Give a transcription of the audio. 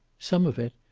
some of it.